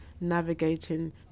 navigating